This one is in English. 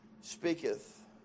speaketh